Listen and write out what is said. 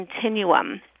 continuum